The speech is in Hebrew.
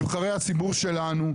נבחרי הציבור שלנו,